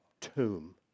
tomb